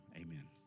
amen